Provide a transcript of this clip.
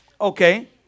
Okay